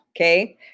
Okay